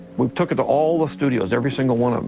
we took it to all the studios, every single one of